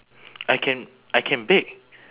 I can I can bake